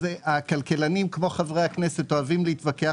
הכלכלנים כמו חברי הכנסת אוהבים להתווכח